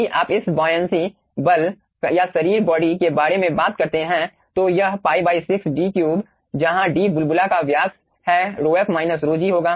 यदि आप इस बोयनसी बल या शरीर बॉडी के बारे में बात करते हैं तो यह π 6 d3 जहां d बुलबुला का व्यास है ρf माइनस ρg होगा